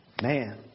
man